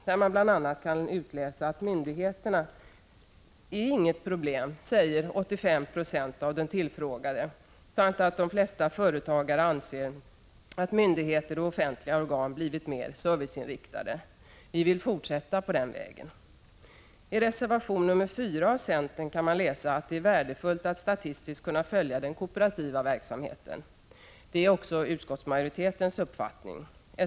Där kan man bl.a. utläsa att 85 96 av de tillfrågade säger: ”Myndigheten är inget problem” samt att de flesta företagare anser att myndigheter och offentliga organ blivit mer serviceinriktade. Vi vill fortsätta på den inslagna vägen. I reservation 4 från centerpartiet kan man läsa att det är värdefullt att statistiskt kunna följa den kooperativa verksamheten. Det är också utskottsmajoritetens uppfattning.